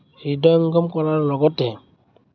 হৃদয়ংগম কৰাৰ লগতে